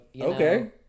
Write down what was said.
Okay